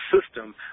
system